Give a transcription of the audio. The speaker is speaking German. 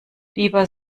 lieber